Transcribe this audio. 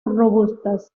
robustas